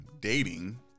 dating